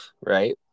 right